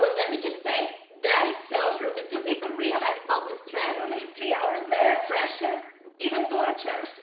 but let me just say, that is so true. but do people realize all the stress! i only have three hours left! pressure? even torture?